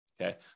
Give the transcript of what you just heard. Okay